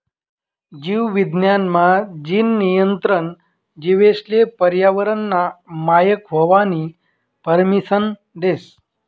जीव विज्ञान मा, जीन नियंत्रण जीवेसले पर्यावरनना मायक व्हवानी परमिसन देस